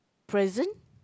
present